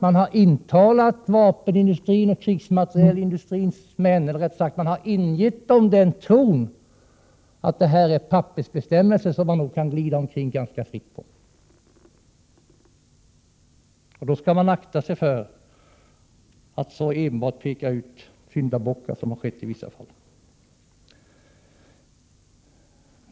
Man har ingivit vapenindustrins och krigsmaterielindustrins män den tron att det här är pappersbestämmelser som man kan glida omkring ganska fritt på. Då skall man akta sig för att enbart peka ut syndabockar, så som har skett i vissa frågor.